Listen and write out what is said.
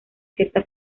cierta